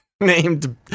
named